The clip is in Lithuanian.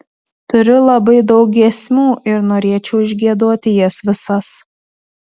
turiu labai daug giesmių ir norėčiau išgiedoti jas visas